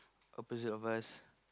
opposite of us